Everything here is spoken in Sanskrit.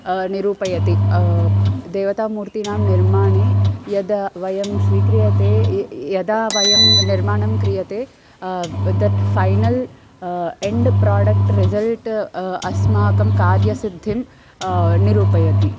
निरूपयति देवतामूर्तिनां निर्माणे यद् वयं स्वीक्रियते यदा वयं निर्माणं क्रियते that final end product result अस्माकं कार्यसिद्धिम् निरूपयति